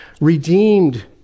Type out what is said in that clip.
redeemed